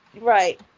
right